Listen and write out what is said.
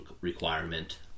requirement